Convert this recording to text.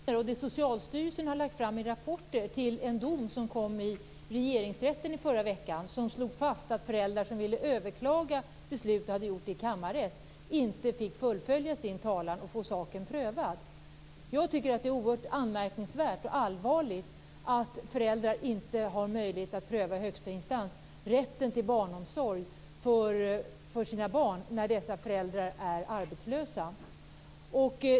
Fru talman! Jag vill gå vidare utifrån motioner, det Socialstyrelsen har lagt fram i rapporter och en dom som kom i Regeringsrätten i förra veckan. Denna dom slog fast att några föräldrar som ville överklaga ett beslut, och som hade gjort det i kammarrätten, inte fick fullfölja sin talan och få saken prövad. Jag tycker att det är oerhört anmärkningsvärt och allvarligt att föräldrar inte har möjlighet att i högsta instans pröva rätten till barnomsorg för sina barn när dessa föräldrar är arbetslösa.